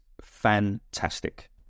fantastic